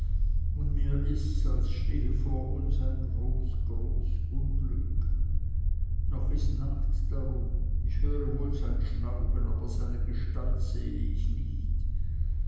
und mir ists als stehe vor uns ein groß groß unglück noch ist nacht darum ich höre wohl sein schnauben aber seine gestalt sehe ich nicht